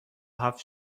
هفت